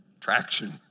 traction